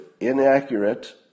inaccurate